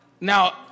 Now